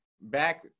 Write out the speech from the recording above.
back